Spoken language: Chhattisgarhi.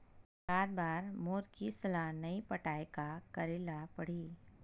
एकात बार मोर किस्त ला नई पटाय का करे ला पड़ही?